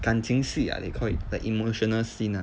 感情戏 ah they call it the emotional scene ah